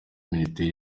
minisiteri